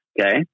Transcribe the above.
Okay